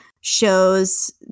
shows